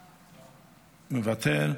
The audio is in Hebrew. מוותר,